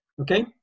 Okay